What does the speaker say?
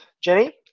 Jenny